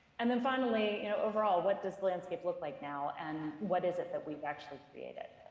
and then finally, you know overall, what does the landscape look like now and what is it that we've actually created?